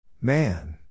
Man